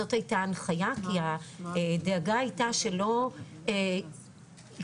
זאת הייתה ההנחיה כי הדאגה הייתה שלא ייקחו